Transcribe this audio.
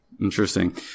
Interesting